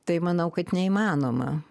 tai manau kad neįmanoma